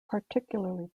particularly